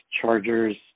Chargers